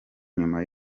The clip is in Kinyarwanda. nyuma